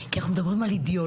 כי אנחנו מדברים על אידיאולוגיה.